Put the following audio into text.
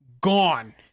gone